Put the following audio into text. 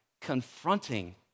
confronting